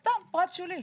סתם, פרט שולי.